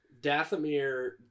Dathomir